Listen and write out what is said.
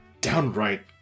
Downright